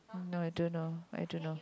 no don't know I don't know